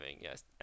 yes